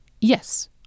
Yes